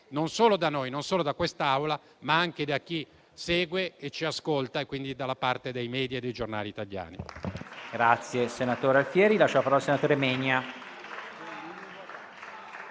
non solo da noi, non solo da quest'Assemblea, ma anche da chi segue e ci ascolta, quindi da parte dei *media* e dei giornali italiani.